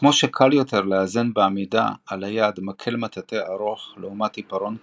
כמו שקל יותר לאזן בעמידה על היד מקל מטאטא ארוך לעומת עיפרון קצר,